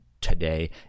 today